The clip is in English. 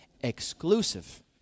exclusive